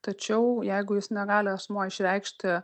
tačiau jeigu jis negali asmuo išreikšti